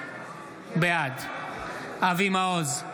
בעד אבי מעוז,